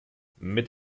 mit